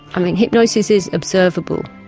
i mean hypnosis is observable,